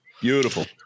Beautiful